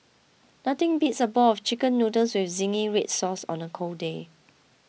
nothing beats a bowl of Chicken Noodles with Zingy Red Sauce on a cold day